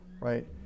Right